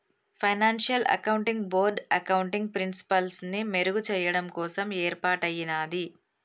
financial accounting board accounting ప్రిన్సిపల్స్ని మెరుగుచెయ్యడం కోసం యేర్పాటయ్యినాది